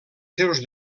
seus